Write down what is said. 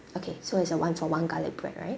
okay so it's a one for one garlic bread right